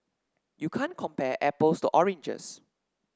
you can't compare apples to oranges